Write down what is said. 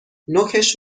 نوکش